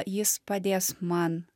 jis padės man